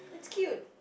cute